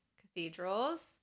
cathedrals